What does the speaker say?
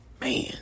Man